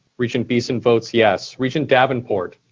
regent beeson votes yes. regent davenport?